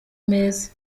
meza